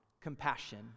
compassion